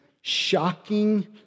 shocking